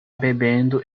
bebendo